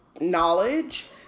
knowledge